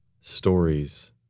stories